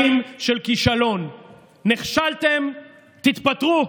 חברת הכנסת שטרית, תודה.